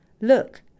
Look